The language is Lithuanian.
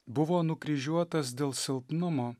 buvo nukryžiuotas dėl silpnumo